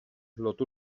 lotu